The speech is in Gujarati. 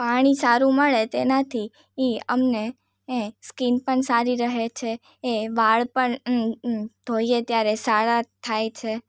પાણી સારું મળે તેનાથી ઇ અમને એ સ્કીન પણ સારી રહે છે એ વાળ પણ ધોઈએ ત્યારે સારા થાય છે